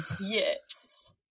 Yes